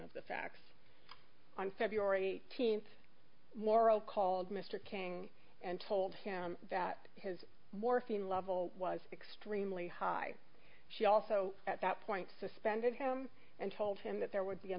of the facts on feb eighteenth morrow called mr king and told him that his morphine level was extremely high she also at that point suspended him and told him that there would be a